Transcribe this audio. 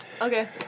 Okay